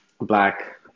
black